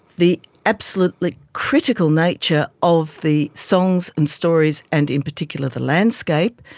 the absolutely critical nature of the songs and stories, and in particular the landscape,